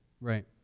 right